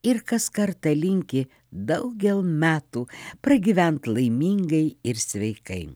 ir kas kartą linki daugel metų pragyvent laimingai ir sveikai